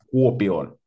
Kuopioon